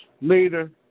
later